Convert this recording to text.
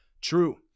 true